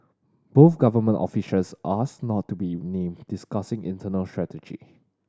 both government officials asked not to be named discussing internal strategy